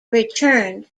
returned